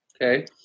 Okay